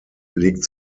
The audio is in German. legt